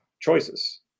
choices